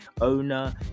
owner